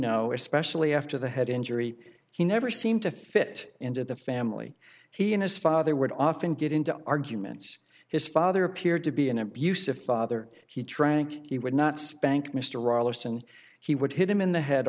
know especially after the head injury he never seemed to fit into the family he and his father would often get into arguments his father appeared to be an abusive father he drank he would not spank mr rollo hsan he would hit him in the head